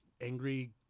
angry